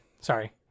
Sorry